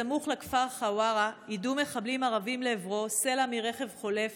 בסמוך לכפר חווארה יידו לעברו מחבלים ערבים סלע מרכב חולף